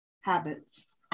habits